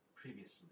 previously